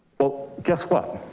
well, guess what?